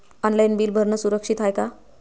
Online bill भरनं सुरक्षित हाय का?